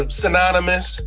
synonymous